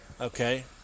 Okay